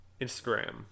Instagram